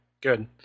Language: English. good